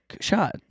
shot